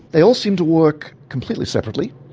they all seem to work completely separately.